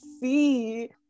see